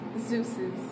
Zeus's